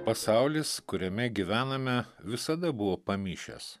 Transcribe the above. pasaulis kuriame gyvename visada buvo pamišęs